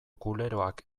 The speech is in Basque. kuleroak